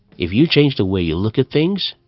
if you change the way you look at things,